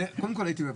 קודם כל הייתי בוועדה.